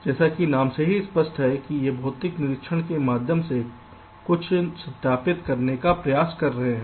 जैसा कि नाम से ही स्पष्ट है कि हम भौतिक निरीक्षण के माध्यम से कुछ सत्यापित करने का प्रयास कर रहे हैं